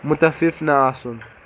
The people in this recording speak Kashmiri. مُتفِف نہ آسُن